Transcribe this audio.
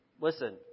listen